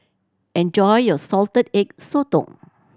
enjoy your Salted Egg Sotong